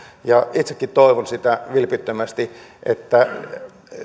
itsekin toivon sitä vilpittömästi että